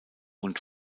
und